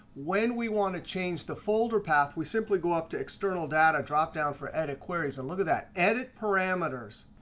when we want to change the folder path, we simply go up to external data dropdown for edit queries. and look at that, edit parameters.